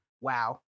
Wow